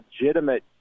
legitimate